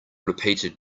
repeated